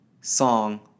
song